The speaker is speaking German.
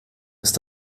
ist